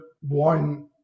one